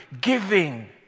giving